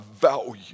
value